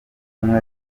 ubumwe